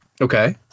Okay